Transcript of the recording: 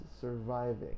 surviving